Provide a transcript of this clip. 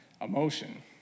emotion